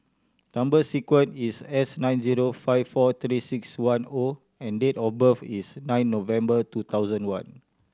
number sequence is S nine zero five four Three Six One O and date of birth is nine November two thousand one